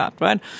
right